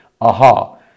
Aha